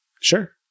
Sure